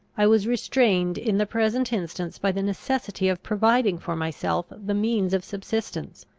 i was restrained in the present instance by the necessity of providing for myself the means of subsistence,